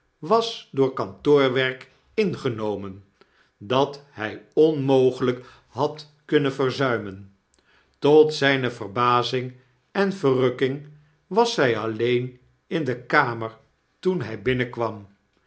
was door kantoorwerk ingenomen dat hy onmogelyk had kunnen verzuimen tot zyne verbazing en verrukking was zij alleen in de kamer toen hy binnenkwam